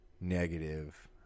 negative